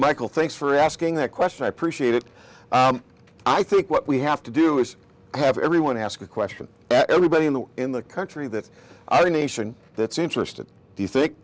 michael thanks for asking that question i appreciate it i think what we have to do is have everyone ask a question that everybody in the in the country that i nation that's interested do you think